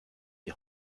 die